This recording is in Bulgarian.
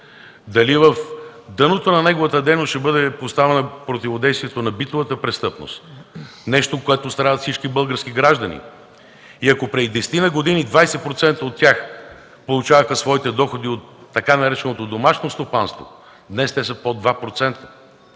дали в основата на неговата дейност ще бъде поставено противодействието на битовата престъпност – нещо, от което страдат всички български граждани. И ако преди десетина години 20% от тях получаваха своите доходи от така нареченото „домашно стопанство”, днес те са под 2%.